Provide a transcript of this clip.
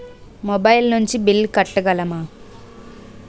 Mobile నుంచి bill కట్టగలమ?